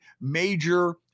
major